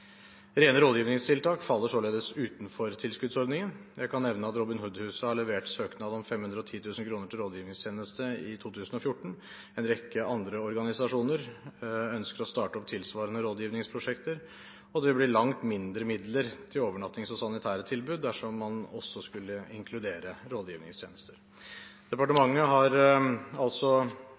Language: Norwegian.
Rene rådgivningstiltak faller således utenfor tilskuddsordningen. Jeg kan nevne at Robin Hood Huset har levert søknad om 510 000 kr til rådgivningstjeneste i 2014. En rekke andre organisasjoner ønsker å starte opp tilsvarende rådgivningsprosjekter, og det blir langt mindre midler til overnattings- og sanitære tilbud dersom man også skulle inkludere rådgivningstjenester. Departementet har altså